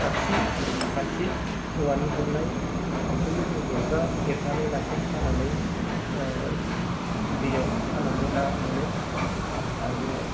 खाखि खाखि औवानि हेबनाय बेखौबो जों बर'फ्रा हेबनानै नाखौ सानानै दैयाव सानानै ना मोनो आरो